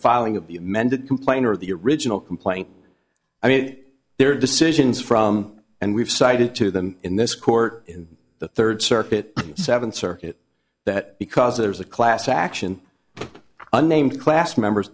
filing of the amended complaint or the original complaint i mean there are decisions from and we've cited to them in this court in the third circuit seventh circuit that because there is a class action unnamed class members